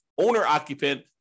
owner-occupant